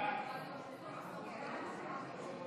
להעביר את הצעת חוק איסור פרסום